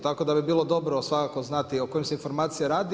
Tako da bi bilo dobro svakako znati o kojim se informacijama radi.